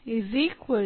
ಅನುಕಲನ